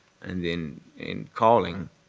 and then in calling,